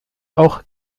auch